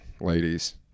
ladies